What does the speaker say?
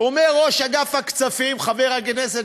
אומר יושב-ראש ועדת הכספים חבר הכנסת